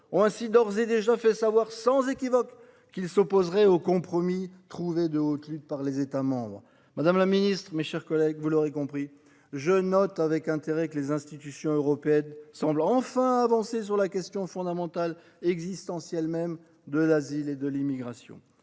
ont ainsi d'ores et déjà fait savoir sans équivoque qu'ils s'opposeraient au compromis trouvé de haute lutte par les États membres. Je note avec intérêt que les institutions européennes semblent enfin avancer sur la question fondamentale, existentielle même, de l'asile et de l'immigration.